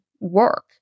work